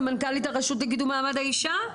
סמנכ"לית הרשות לקידום מעמד האישה?